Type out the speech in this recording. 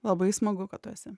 labai smagu kad tu esi